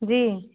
जी